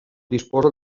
disposa